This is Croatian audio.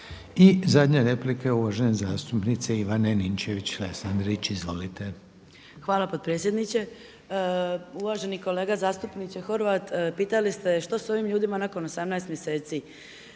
I zadnja replika je uvažene zastupnice Ivane Ninčević-Lesandrić. Izvolite. **Ninčević-Lesandrić, Ivana (MOST)** Hvala potpredsjedniče. Uvaženi kolega zastupniče Horvat, pitali ste što sa ovim ljudima nakon 18 mjeseci.